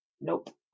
nope